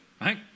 Right